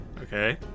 Okay